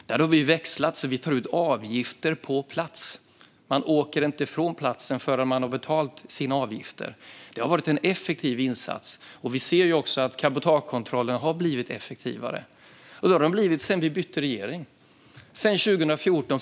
Där har vi växlat så att det går att ta ut avgifter på plats. Man åker inte ifrån platsen förrän man har betalat sina avgifter. Det har varit en effektiv insats. Vi ser också att cabotagekontrollen har blivit effektivare. Det har skett sedan vi bytte regering 2014.